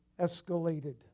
escalated